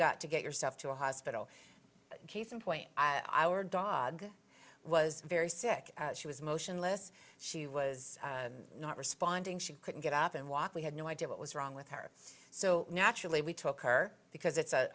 got to get yourself to a hospital case in point i were dog was very sick she was motionless she was not responding she couldn't get up and walk we had no idea what was wrong with her so naturally we took her because it's